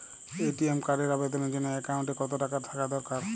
ATM কার্ডের আবেদনের জন্য অ্যাকাউন্টে কতো টাকা থাকা দরকার?